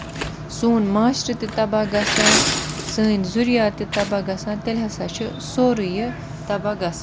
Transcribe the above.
سوٚن معاشرٕ تہِ تَباہ گژھان سٲنۍ زُریات تہِ تَباہ گژھان تیٚلہِ ہسا چھُ سورُے یہِ تَباہ گژھان